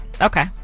okay